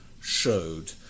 showed